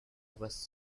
was